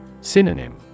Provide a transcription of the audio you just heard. Synonym